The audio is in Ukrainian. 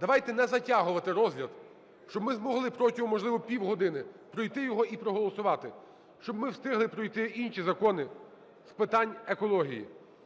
Давайте не затягувати розгляд, щоб ми змогли протягом, можливо, півгодини пройти його і проголосувати. Щоб ми встигли пройти інші закони з питань екології.